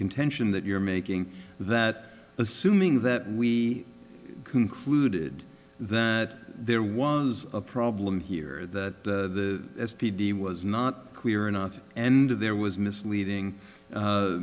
contention that you're making that assuming that we concluded that there was a problem here that the b b was not clear enough and there was misleading